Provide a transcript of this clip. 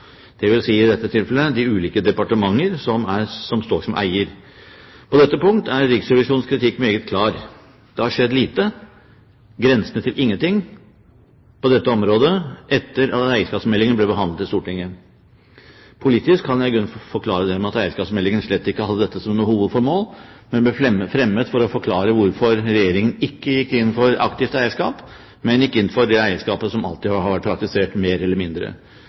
dvs. i dette tilfellet av de ulike departementer som står som eier. På dette punkt er Riksrevisjonens kritikk meget klar: Det har skjedd lite, grensende til ingenting, på dette området etter at eierskapsmeldingen ble behandlet i Stortinget. Politisk kan jeg i grunnen forklare det med at eierskapsmeldingen slett ikke hadde dette som noe hovedformål, men ble fremmet for å forklare hvorfor Regjeringen ikke gikk inn for aktivt eierskap, men gikk inn for det eierskapet som alltid har vært praktisert mer eller mindre.